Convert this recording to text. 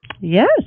Yes